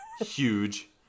huge